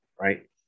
right